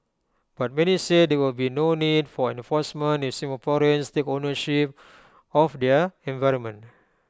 but many said there would be no need for enforcement if Singaporeans take ownership of their environment